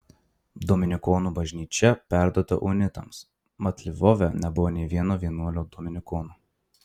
dominikonų bažnyčia perduota unitams mat lvove nebuvo nei vieno vienuolio dominikono